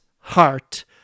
heart